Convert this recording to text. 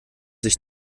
sich